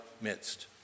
midst